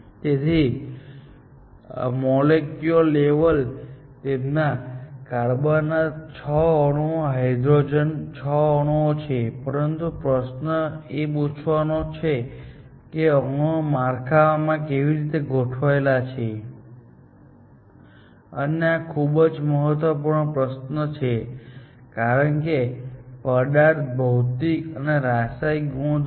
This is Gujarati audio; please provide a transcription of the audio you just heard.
તેથી મોલેક્યુલર લેવલે તેમાં કાર્બનના 6 અણુઓ હાઇડ્રોજનના 6 અણુઓ છે પરંતુ પ્રશ્ન એ પૂછવાનો છે કે આ અણુઓ માળખામાં કેવી રીતે ગોઠવાયેલા છે અને આ ખૂબ જ મહત્વપૂર્ણ પ્રશ્ન છે કારણ કે પદાર્થના ભૌતિક અને રાસાયણિક ગુણધર્મો માળખાગત ફોર્મ્યુલા પર જ આધાર રાખે છે